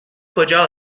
کجا